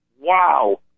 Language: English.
Wow